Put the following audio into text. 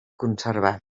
conservat